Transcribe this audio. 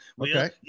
Okay